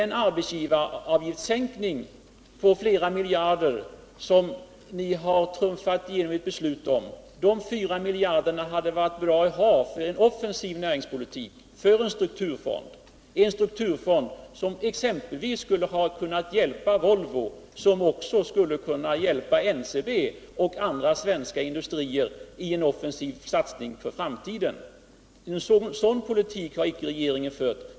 Ni har trumfat igenom ett beslut om sänkta arbetsgivaravgifter som betyder flera miljarder. De 4 miljarderna hade varit bra att ha för en offensiv näringspolitik, för en strukturfond som exempelvis skulle ha kunnat hjälpa Volvo och även NCB och andra svenska industrier i en offensiv satsning för framtiden. Någon sådan politik har regeringen inte fört.